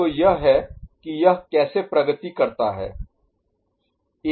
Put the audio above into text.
तो यह है कि यह कैसे प्रगति करता है